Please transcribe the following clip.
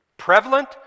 prevalent